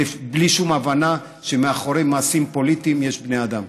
בלי שום הבנה שמאחורי מעשים פוליטיים יש בני אדם.